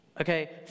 Okay